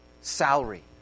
salary